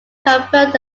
confers